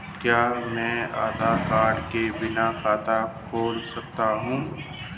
क्या मैं आधार कार्ड के बिना खाता खुला सकता हूं?